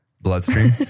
Bloodstream